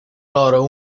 loro